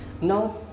now